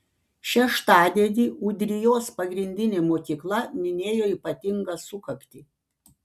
šeštadienį ūdrijos pagrindinė mokykla minėjo ypatingą sukaktį